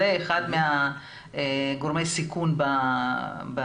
אומרים שזה אחד מגורמי הסיכון ב-covid.